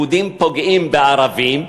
יהודים פוגעים בערבים,